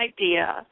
idea